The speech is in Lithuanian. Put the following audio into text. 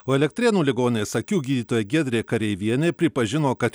o elektrėnų ligoninės akių gydytoja giedrė kareivienė pripažino kad